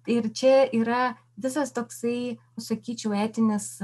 ir čia yra visas toksai sakyčiau etinis